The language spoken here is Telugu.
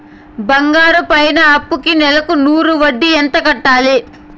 బంగారం పైన అప్పుకి నెలకు నూరు వడ్డీ ఎంత కట్టాలి?